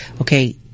okay